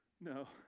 No